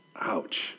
Ouch